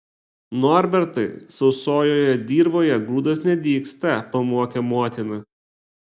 norbertai sausojoje dirvoje grūdas nedygsta pamokė motina